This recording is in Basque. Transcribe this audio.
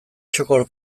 txoko